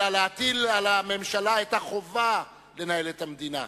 אלא להטיל על הממשלה את החובה לנהל את המדינה,